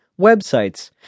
websites